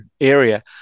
area